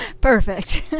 Perfect